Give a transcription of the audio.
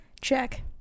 check